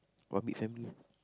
one big family ah